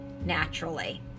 naturally